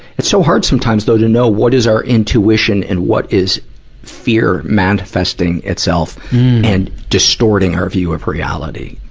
it's so hard sometimes, though, to know what is our intuition and what is fear manifesting itself and distorting our view of reality.